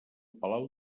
palau